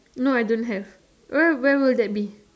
no I don't have where where will that be